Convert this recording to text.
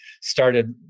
started